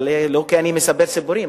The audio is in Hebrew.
לא כי אני מספר סיפורים,